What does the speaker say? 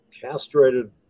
castrated